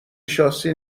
شاسی